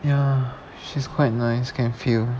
ya she's quite nice can feel